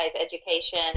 education